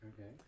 Okay